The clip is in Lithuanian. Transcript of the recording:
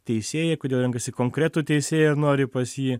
teisėją kodėl renkasi konkretų teisėją nori pas jį